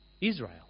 Israel